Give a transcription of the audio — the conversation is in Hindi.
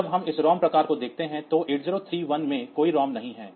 जब हम इस ROM प्रकार को देखते हैं तो 8031 में कोई ROM नहीं है